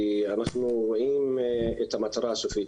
כי אנחנו רואים את המטרה הסופית.